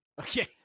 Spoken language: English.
okay